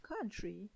country